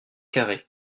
carré